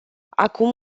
acum